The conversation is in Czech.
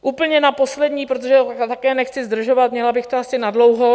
Úplně na poslední, protože také nechci zdržovat, měla bych to asi nadlouho.